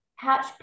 Catch